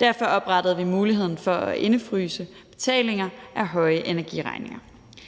Derfor indførte vi muligheden for at indefryse betalinger af høje energiregninger.